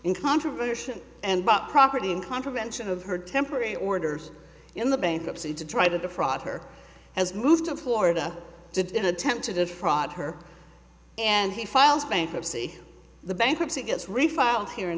in controversial and bought property in contravention of her temporary orders in the bankruptcy to try to defraud her has moved to florida did in attempt to defraud her and he files bankruptcy the bankruptcy gets refiled here in